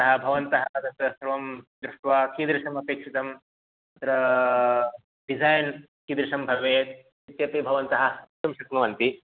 अतः भवन्तः तत्र सर्वं दृष्ट्वा कीदृशमपेक्षितं तत्र डिज़ैन् कीदृशं भवेत् इत्यपि भवन्तः वक्तुं शक्नुवन्ति